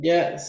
Yes